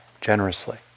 generously